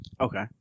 Okay